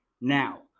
Now